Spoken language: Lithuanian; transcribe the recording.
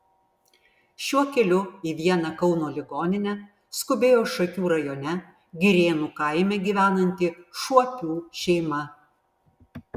šiuo keliu į vieną kauno ligoninę skubėjo šakių rajone girėnų kaime gyvenanti šuopių šeima